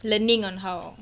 learning on how